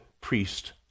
priest